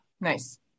nice